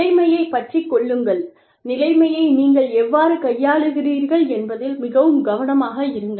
நிலைமையைப் பற்றிக் கொள்ளுங்கள் நிலைமையை நீங்கள் எவ்வாறு கையாளுகிறீர்கள் என்பதில் மிகவும் கவனமாக இருங்கள்